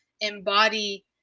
embody